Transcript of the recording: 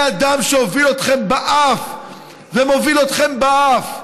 אדם שהוביל אתכם באף ומוביל אתכם באף.